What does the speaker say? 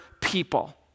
people